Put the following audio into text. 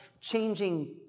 changing